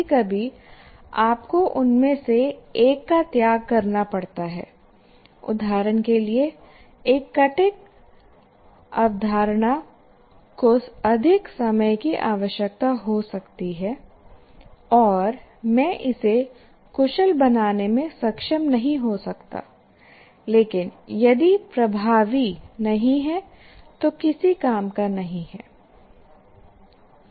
कभी कभी आपको उनमें से एक का त्याग करना पड़ता है उदाहरण के लिए एक कठिन अवधारणा को अधिक समय की आवश्यकता हो सकती है और मैं इसे कुशल बनाने में सक्षम नहीं हो सकता लेकिन यदि प्रभावी नहीं है तो किसी काम का नहीं है